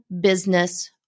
business